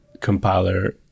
compiler